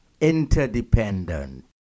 Interdependent